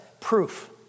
proof